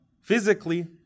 physically